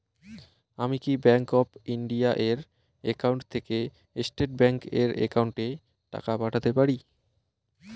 আমি কি bank of India এর একাউন্ট থেকে স্টেট ব্যাংক এর একাউন্টে টাকা পাঠাতে পারি?